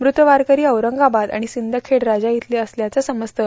मृत वारकरी औरंगाबाद आणि सिंदखेड राजा इथले असल्याचं समजतं